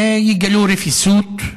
יגלו רפיסות,